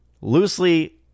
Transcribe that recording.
Loosely